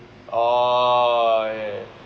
orh yeah